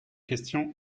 questions